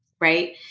right